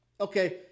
Okay